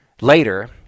Later